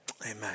Amen